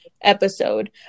episode